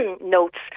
notes